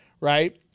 Right